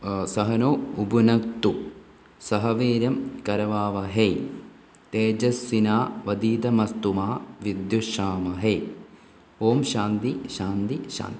സഹനൗ ഉപനക്ത്തു സഹവീര്യം കരവാവഹേയ് തേജസ്വിനാ വതീതമസ്തുമാ വിദ്വഷാമഹേ ഓം ശാന്തി ശാന്തി ശാന്തി